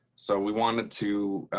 so we wanted to,